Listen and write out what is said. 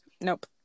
nope